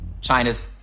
China's